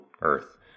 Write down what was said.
earth